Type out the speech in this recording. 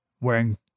wearing